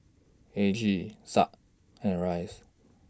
Aggie Exa and Rice